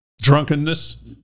Drunkenness